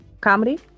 Comedy